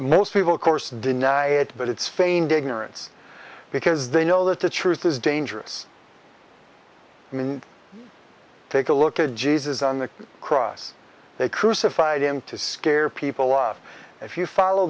most people course deny it but it's feigned ignorance because they know that the truth is dangerous i mean take a look at jesus on the cross they crucified him to scare people off if you follow